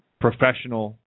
professional